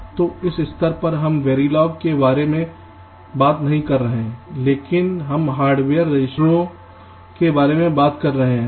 तो इस स्तर पर हम variables के बारे में बात नहीं कर रहे हैं लेकिन हम हार्डवेयर रजिस्टरों के बारे में बात कर रहे हैं